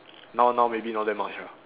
now now maybe not that much ah